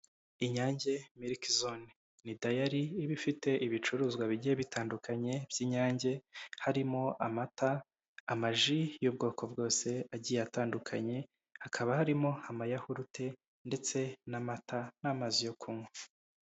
Inyange miliki zone ni dayari ifite ibicuruzwa bigiye bitandukanye by'inyange harimo amata amaji y'ubwoko bwose agiye atandukanye hakaba harimo amayawurute ndetse n'amata n'amazi yo kunywa.